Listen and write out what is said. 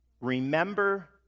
Remember